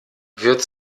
wird